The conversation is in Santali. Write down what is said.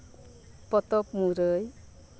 ᱯᱚᱛᱚᱵ ᱢᱩᱨᱟᱹᱭ